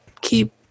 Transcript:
keep